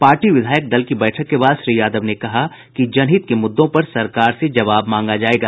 party विधायक दल की बैठक के बाद श्री यादव ने कहा कि जनहित के मुद्दों पर सरकार से जवाब मांगा जायेगा